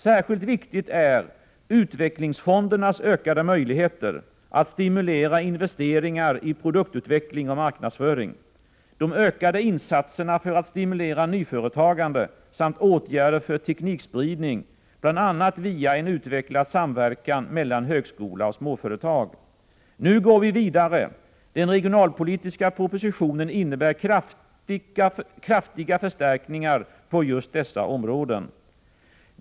Särskilt viktigt är utvecklingsfondernas ökade möjligheter att stimulera investeringar i produktutveckling och marknadsföring, de ökade insatserna för att stimulera nyföretagande samt åtgärder för teknikspridning, bl.a. via en utvecklad samverkan mellan högskola och småföretag. Nu går vi vidare; den regionalpolitiska propositionen innebär kraftiga förstärkningar på just dessa områden.